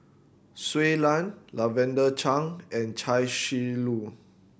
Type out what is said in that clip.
Shui Lan Lavender Chang and Chia Shi Lu